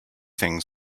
things